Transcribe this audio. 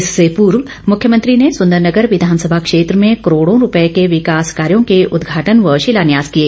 इससे पूर्व मुख्यमंत्री ने सुंदरनगर विधानसभा क्षेत्र में करोड़ों रूपए के विकास कार्यों के उदघाटन व शिलान्यास किए